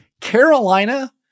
Carolina